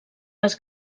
les